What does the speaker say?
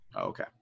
Okay